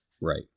Right